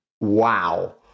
wow